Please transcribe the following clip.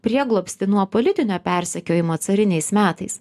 prieglobstį nuo politinio persekiojimo cariniais metais